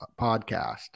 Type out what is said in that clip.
podcast